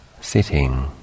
sitting